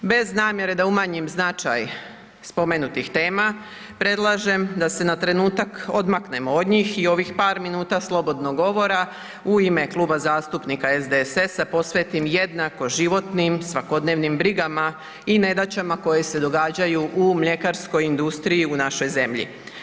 Bez namjere da umanjim značaj spomenutih tema predlažem da se na trenutak odmaknemo od njih i ovih par minuta slobodnog govora u ime Kluba zastupnika SDSS-a posvetim jednako životnim svakodnevnim brigama i nedaćama koje se događaju u mljekarskoj industriji u našoj zemlji.